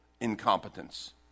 incompetence